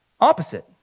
opposite